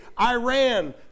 Iran